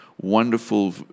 wonderful